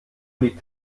liegt